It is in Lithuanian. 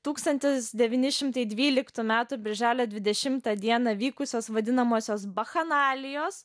tūkstantis devyni šimtai dvyliktų metų birželio dvidešimtą dieną vykusios vadinamosios bakchanalijos